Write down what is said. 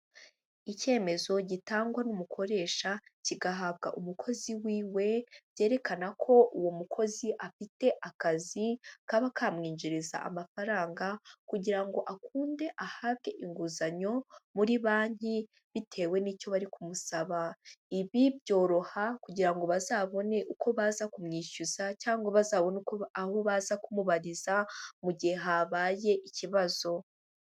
Icyemezo gitangwa n'umukoresha kigahabwa umukozi wiwe byerekana ko uwo mukozi afite akazi kaba kamwinjiriza amafaranga kugira ngo akunde ahabwe inguzanyo muri banki bitewe n'icyo bari kumusaba. Ibi byoroha kugira ngo bazabone uko baza kumwishyuza cyangwa bazabone uko aho baza kumubariza mu gihe habaye ikibazo.